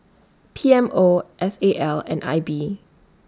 P M O S A L and I B